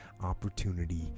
opportunity